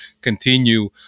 continue